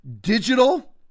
digital